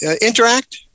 Interact